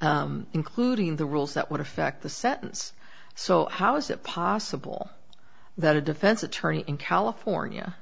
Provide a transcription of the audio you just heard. including the rules that would affect the sentence so how is it possible that a defense attorney in california